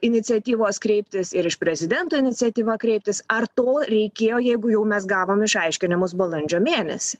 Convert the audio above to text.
iniciatyvos kreiptis ir iš prezidento iniciatyva kreiptis ar to reikėjo jeigu jau mes gavom išaiškinimus balandžio mėnesį